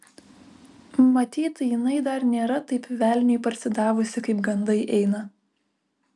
matyt jinai dar nėra taip velniui parsidavusi kaip gandai eina